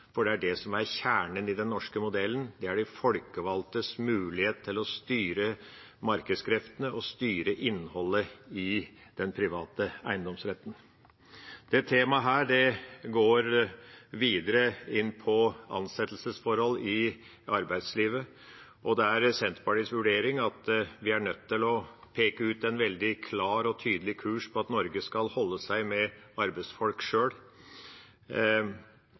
for det er det som er kjernen i den norske modellen: de folkevalgtes mulighet til å styre markedskreftene og styre innholdet i den private eiendomsretten. Dette temaet går videre inn på ansettelsesforhold i arbeidslivet, og det er Senterpartiets vurdering at vi er nødt til å peke ut en veldig klar og tydelig kurs på at Norge skal holde seg med arbeidsfolk sjøl.